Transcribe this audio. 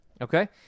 Okay